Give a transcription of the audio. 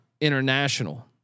international